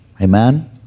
Amen